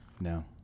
No